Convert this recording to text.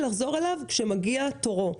לחזור אליו כשמגיע תורו.